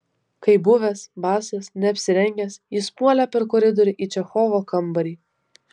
kaip buvęs basas neapsirengęs jis puolė per koridorių į čechovo kambarį